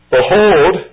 Behold